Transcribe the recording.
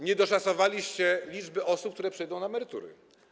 Nie doszacowaliście liczby osób, które przejdą na emerytury.